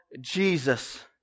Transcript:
Jesus